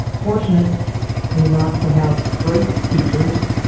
fortunate and enough to have great teachers,